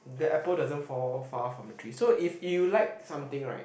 the apple doesn't fall far from the tree so if you like something right